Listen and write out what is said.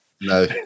No